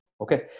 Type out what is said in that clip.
Okay